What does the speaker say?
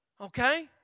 Okay